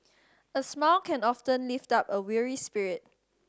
a smile can often lift up a weary spirit